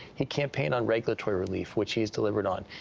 he campaigned on regulatory relief, which he's delivered on.